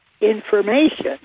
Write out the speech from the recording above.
information